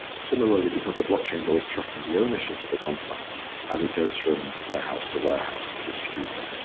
similarly because the blockchain is always tracking the ownership of the consignment as it goes from warehouse to warehouse to distributor.